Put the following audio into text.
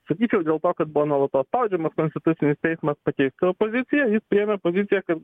sakyčiau dėl to kad buvo nuolatos spaudžiamas konstitucinis teismas pakeist savo poziciją jis priėmė poziciją kad